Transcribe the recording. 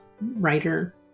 writer